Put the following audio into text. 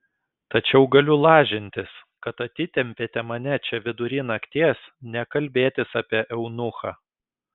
tačiau galiu lažintis kad atitempėte mane čia vidury nakties ne kalbėtis apie eunuchą